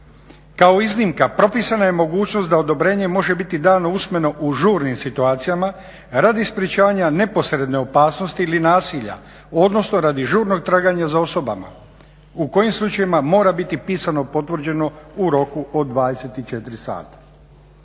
Kao iznimka propisana je mogućnost da odobrenje može biti dano usmeno u žurnim situacijama radi sprečavanja neposredne opasnosti ili nasilja odnosno radi žurnog traganja za osobama u kojim slučajevima mora biti pisano potvrđeno u roku od 24 sata.